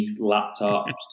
laptops